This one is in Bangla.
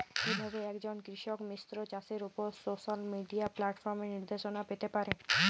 কিভাবে একজন কৃষক মিশ্র চাষের উপর সোশ্যাল মিডিয়া প্ল্যাটফর্মে নির্দেশনা পেতে পারে?